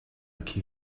like